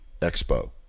expo